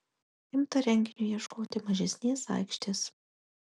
imta renginiui ieškoti mažesnės aikštės